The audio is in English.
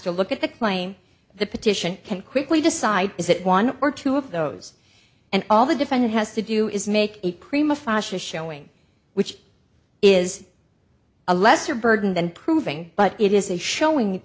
to look at the claim the petition can quickly decide is it one or two of those and all the defendant has to do is make a prima fascia showing which is a lesser burden than proving but it is a showing